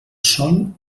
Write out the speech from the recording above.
sol